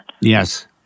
Yes